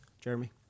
jeremy